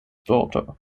daughter